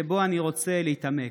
שבו אני רוצה להתעמק.